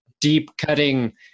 deep-cutting